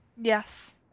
Yes